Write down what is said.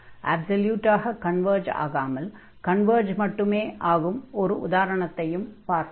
அப்ஸல்யூட்டாக converge ஆகாமல் converge மட்டுமே ஆகும் ஓர் உதாரணத்தையும் பார்த்தோம்